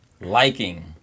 liking